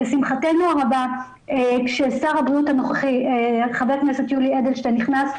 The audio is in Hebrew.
לשמחתנו הרבה כששר הבריאות הנוכחי ח"כ יולי אדלשטיין נכנס לתפקיד,